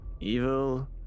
evil